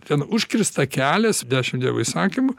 ten užkirsta kelias dešim dievo įsakymų